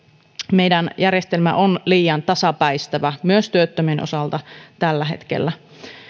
meidän järjestelmä on liian tasapäistävä myös työttömien osalta tällä hetkellä